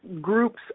groups